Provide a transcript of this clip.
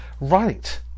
Right